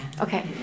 Okay